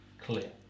clear